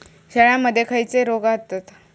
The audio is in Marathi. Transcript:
शेळ्यामध्ये खैचे रोग येतत?